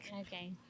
okay